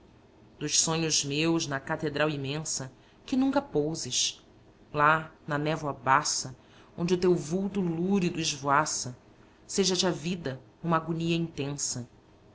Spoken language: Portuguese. dos sonhos meus na catedral imensa que nunca pouses lá na névoa baça onde o teu vulto lúrido esvoaça seja te a vida uma agonia intensa